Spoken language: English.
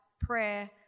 prayer